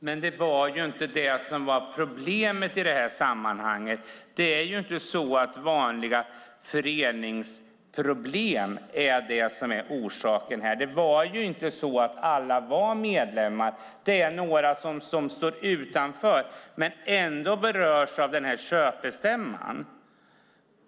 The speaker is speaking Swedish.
Herr talman! Det var ju inte det som var problemet i det här sammanhanget. Det är inte så att vanliga föreningsproblem är det som är orsaken här. Det var ju inte så att alla var medlemmar. Det är några som står utanför men ändå berörs av köpstämman.